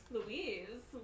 Louise